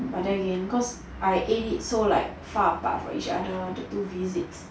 but then again cause I ate it so like far apart from each the two visits